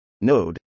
Node